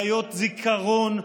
בעיות זיכרון,